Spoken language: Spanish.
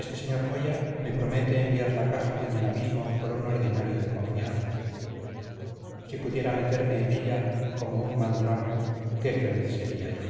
este sr moya me promete enviar la caja mañana mismo por un ordinario de confianza si pudiera meterme en ella como un mal drama qué feliz sería yo